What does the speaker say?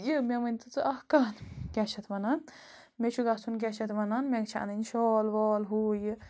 یہِ مےٚ وٕنۍ تہِ ژٕ اَکھ کَتھ کیٛاہ چھِ اَتھ وَنان مےٚ چھُ گژھُن کیٛاہ چھِ اَتھ وَنان مےٚ چھِ اَنٕنۍ شال وال ہُہ یہِ